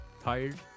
Tired